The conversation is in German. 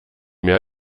mehr